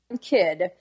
kid